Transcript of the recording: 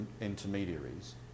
intermediaries